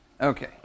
Okay